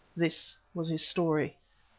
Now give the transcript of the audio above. this was his story.